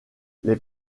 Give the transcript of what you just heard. les